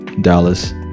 Dallas